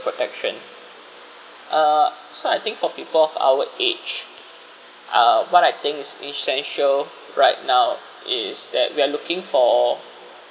protection uh so I think for people of our age ah what I think is essential right now is that we are looking for